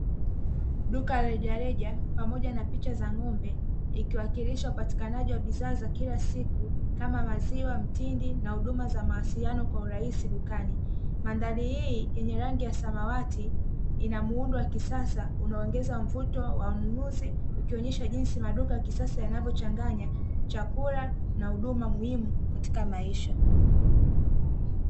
Duka la rejareja pamoja na picha za ng'ombe ikiwakilisha upatikanaji wa bidhaa za kila siku kama; maziwa, mtindi na huduma za mawasiliano kwa urahisi dukani. Mandhari hii yenye rangi ya samawati ina muundo wa kisasa unaoongeza mvuto wa mnunuzi ikionyesha jinsi maduka ya kisasa yanavyochanganya chakula na huduma muhimu katika maisha.